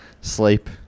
sleep